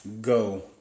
go